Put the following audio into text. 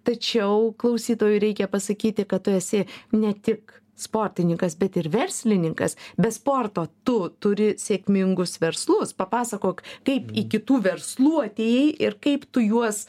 tačiau klausytojui reikia pasakyti kad tu esi ne tik sportininkas bet ir verslininkas be sporto tu turi sėkmingus verslus papasakok kaip iki tų verslų atėjai ir kaip tu juos